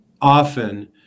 often